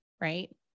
Right